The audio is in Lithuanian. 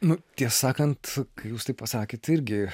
nu tiesą sakant kai jūs taip pasakėt irgi